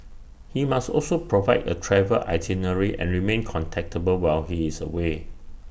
he must also provide A travel itinerary and remain contactable while he is away